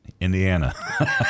Indiana